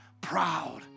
proud